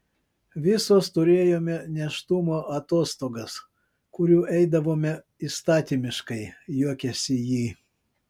visos turėjome nėštumo atostogas kurių eidavome įstatymiškai juokėsi ji